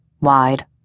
wide